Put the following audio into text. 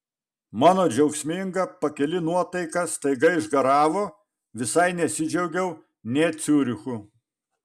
mano džiaugsminga pakili nuotaika staiga išgaravo visai nesidžiaugiau nė ciurichu